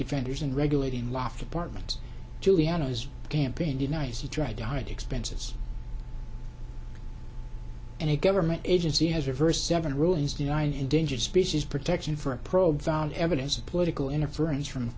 defenders and regulating laughed apartment juliana's campaign denies he tried to hide expenses and a government agency has reversed seven rulings nine endangered species protection for a probe found evidence of political interference from